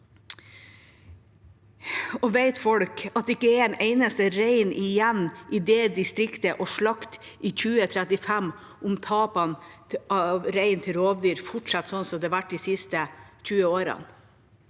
Vet folk at det ikke er en eneste rein igjen å slakte i det distriktet i 2035 om tapene av rein til rovdyr fortsetter sånn det har vært de siste 20 årene?